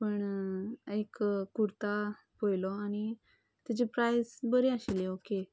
पूण एक कुर्ता पळयलो आनी तेजें प्रायस बरें आशिल्लें ओके